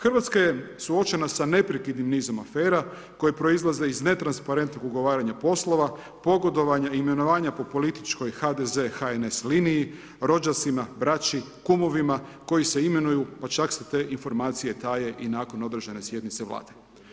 Hrvatska je suočena sa neprekidnim nizom afera koje proizlaze iz netransparentnog ugovaranja poslova, pogodovanja imenovanja po političkoj HDZ-HNS liniji, rođacima, braći, kumovima koji se imenuju pa čak se te informacije taje i nakon određene sjednice Vlade.